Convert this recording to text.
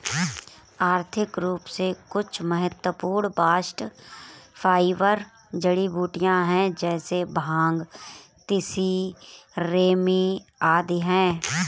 आर्थिक रूप से कुछ महत्वपूर्ण बास्ट फाइबर जड़ीबूटियां है जैसे भांग, तिसी, रेमी आदि है